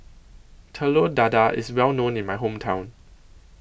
Telur Dadah IS Well known in My Hometown